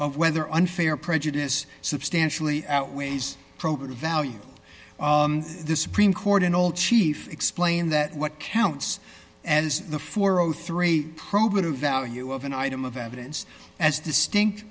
of whether unfair prejudice substantially outweighs probity value the supreme court in all chief explain that what counts as the four o three probative value of an item of evidence as distinct